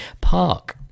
Park